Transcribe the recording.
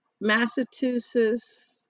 Massachusetts